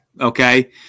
okay